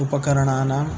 उपकरणानां